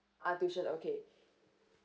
ah tuition okay